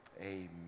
Amen